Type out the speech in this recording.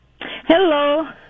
hello